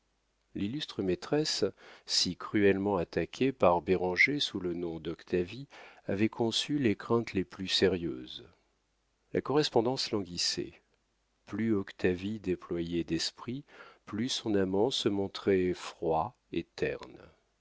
l'illustre maîtresse si cruellement attaquée par béranger sous le nom d'octavie avait conçu les craintes les plus sérieuses la correspondance languissait plus octavie déployait d'esprit plus son amant se montrait froid et terne